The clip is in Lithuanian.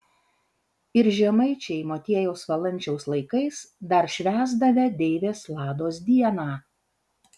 ir žemaičiai motiejaus valančiaus laikais dar švęsdavę deivės lados dieną